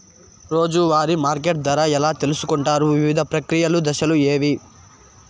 రోజూ వారి మార్కెట్ ధర ఎలా తెలుసుకొంటారు వివిధ ప్రక్రియలు దశలు ఏవి?